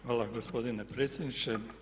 Hvala gospodine predsjedniče.